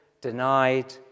denied